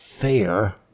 fair